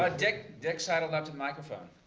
ah dick dick sidled up to the microphone.